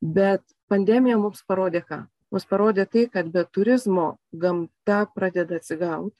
bet pandemija mums parodė ką mums parodė tai kad be turizmo gamta pradeda atsigaut